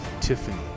tiffany